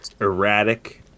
erratic